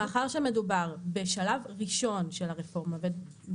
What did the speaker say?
מאחר שמדובר בשלב ראשון של הרפורמה,